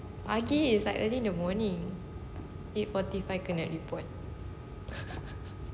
ah ki~ is like early in the morning eight forty five kena report